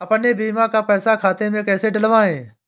अपने बीमा का पैसा खाते में कैसे डलवाए?